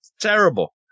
Terrible